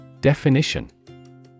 Definition